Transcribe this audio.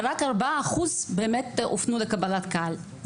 ורק 4% באמת הופנו לקבלת קהל.